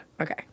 Okay